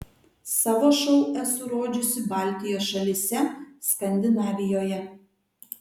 savo šou esu rodžiusi baltijos šalyse skandinavijoje